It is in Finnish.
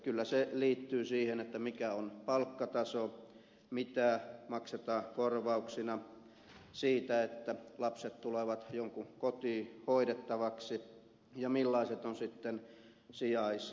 kyllä se liittyy siihen mikä on palkkataso mitä maksetaan korvauksina siitä että lapset tulevat jonkun kotiin hoidettaviksi ja millaiset ovat sitten sijaisjärjestelyt